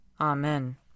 Amen